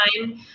time